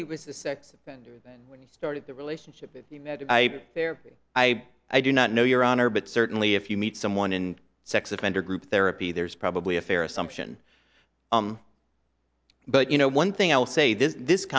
he was a sex offender when he started the relationship there i i do not know your honor but certainly if you meet someone in a sex offender group therapy there's probably a fair assumption but you know one thing i'll say this this